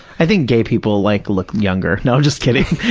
i think gay people like look younger. no, i'm just kidding.